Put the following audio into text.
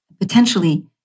potentially